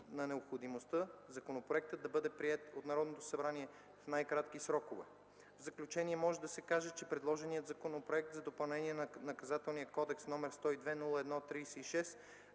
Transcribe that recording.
на необходимостта законопроектът да бъде приет от Народното събрание в най-кратки срокове. В заключение може да се каже, че предложеният Законопроект за допълнение на Наказателния кодекс, № 102-01-36,